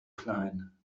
klein